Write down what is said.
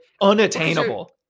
unattainable